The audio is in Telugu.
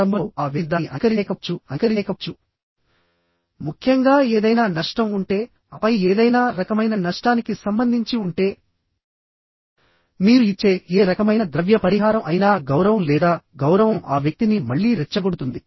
ప్రారంభంలో ఆ వ్యక్తి దానిని అంగీకరించలేకపోవచ్చు అంగీకరించలేకపోవచ్చు ముఖ్యంగా ఏదైనా నష్టం ఉంటే ఆపై ఏదైనా రకమైన నష్టానికి సంబంధించి ఉంటే మీరు ఇచ్చే ఏ రకమైన ద్రవ్య పరిహారం అయినా గౌరవం లేదా గౌరవం ఆ వ్యక్తిని మళ్లీ రెచ్చగొడుతుంది